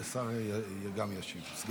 השר גם ישיב, סגן השר.